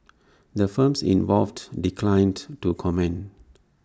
the firms involved declined to comment